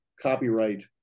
copyright